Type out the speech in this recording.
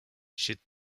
should